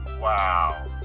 Wow